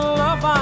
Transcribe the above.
love